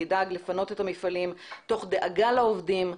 נדאג לפנות את המפעלים תוך דאגה לעובדים,